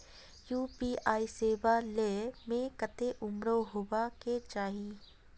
UPI सेवा ले में कते उम्र होबे के चाहिए?